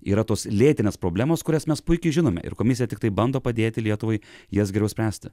yra tos lėtinės problemos kurias mes puikiai žinome ir komisija tiktai bando padėti lietuvai jas geriau spręsti